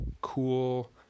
cool